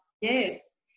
Yes